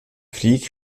krieg